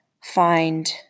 find